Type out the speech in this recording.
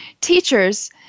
teachers